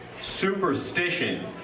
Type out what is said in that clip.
Superstition